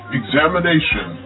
examination